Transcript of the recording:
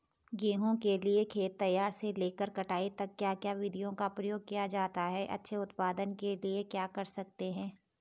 गेहूँ के लिए खेत तैयार से लेकर कटाई तक क्या क्या विधियों का प्रयोग किया जाता है अच्छे उत्पादन के लिए क्या कर सकते हैं?